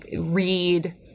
read